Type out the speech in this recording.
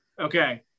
Okay